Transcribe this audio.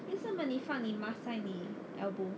为什么你放你 mask 在你 elbow